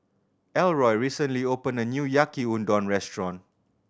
Elroy recently opened a new Yaki Udon Restaurant